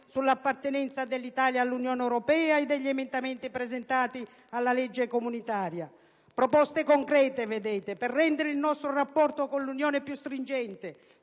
sull'appartenenza dell'Italia all'Unione europea e degli emendamenti presentati alla legge comunitaria. Proposte concrete, per rendere il nostro rapporto con l'Unione più stringente,